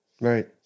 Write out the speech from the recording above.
right